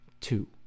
two